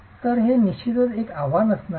तर ते निश्चितच एक आव्हान असणार आहे